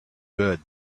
good